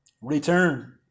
return